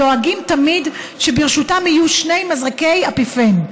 דואגים תמיד שברשותם יהיו שני מזרקי אפיפן.